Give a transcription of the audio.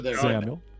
Samuel